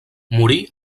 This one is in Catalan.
morí